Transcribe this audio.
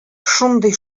шундый